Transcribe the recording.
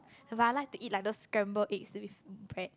but I like to eat like those scrambled eggs with bread